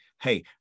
hey